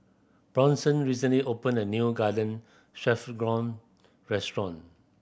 Bronson recently opened a new Garden Stroganoff restaurant